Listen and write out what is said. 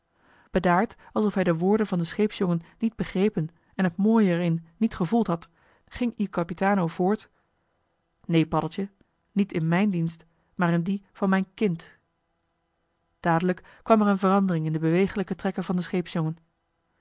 bedaard alsof hij de woorden van den scheepsjongen niet begrepen en het mooie er in niet gevoeld had ging il capitano voort joh h been paddeltje de scheepsjongen van michiel de ruijter neen paddeltje niet in mijn dienst maar in dien van mijn kind dadelijk kwam er een verandering in de beweeglijke trekken van den scheepsjongen